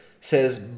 says